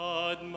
God